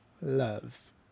love